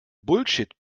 bullshit